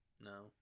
No